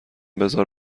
بزار